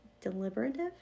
Deliberative